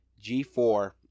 G4